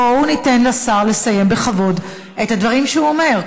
בואו ניתן לשר לסיים בכבוד את הדברים שהוא אומר.